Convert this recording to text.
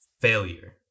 failure